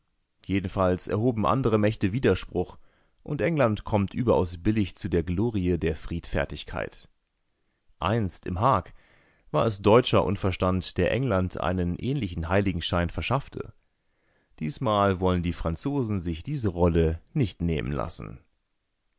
jedenfalls erhoben andere mächte widerspruch und england kommt überaus billig zu der glorie der friedfertigkeit einst im haag war es deutscher unverstand der england einen ähnlichen heiligenschein verschaffte diesmal wollen die franzosen sich diese rolle nicht nehmen lassen